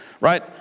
Right